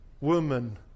Woman